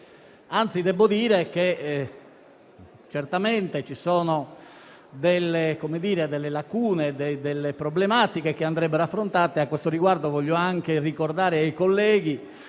cristallina. Certamente ci sono delle lacune e delle problematiche che andrebbero affrontate. A questo riguardo voglio anche ricordare ai colleghi